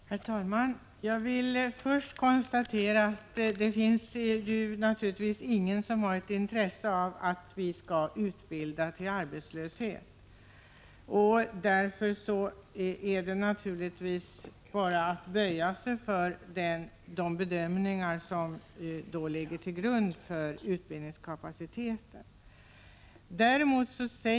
Herr talman! Jag vill först konstatera att det naturligtvis inte finns någon som har intresse av att vi skall utbilda till arbetslöshet. Därför är det bara att böja sig för de bedömningar som ligger till grund för förslagen angående utbildningskapaciteten.